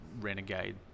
renegade